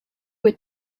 were